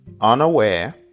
Unaware